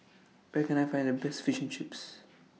Where Can I Find The Best Fish and Chips